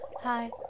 Hi